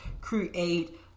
create